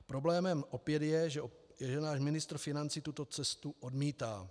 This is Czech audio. Problémem opět je, že náš ministr financí tuto cestu odmítá.